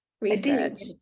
research